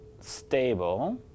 stable